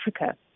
Africa